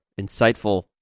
insightful